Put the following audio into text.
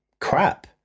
crap